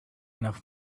enough